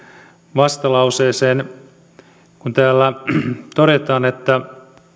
vastalauseeseen täällä todetaan että